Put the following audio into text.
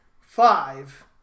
five